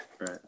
Right